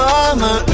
Mama